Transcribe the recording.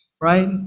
right